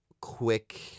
quick